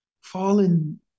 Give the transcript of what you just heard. fallen